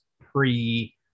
pre